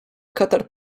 katar